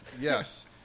Yes